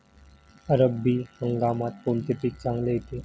रब्बी हंगामात कोणते पीक चांगले येते?